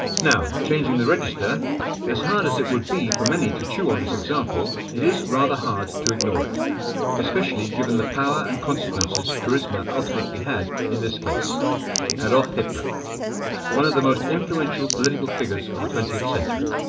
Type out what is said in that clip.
now, changing the register as hard as it would be for many to chew on this example it is rather hard to ignore it especially given the power and consequences charisma ultimately had in this case adolf hitler one of the most influential political figures of the twentieth century.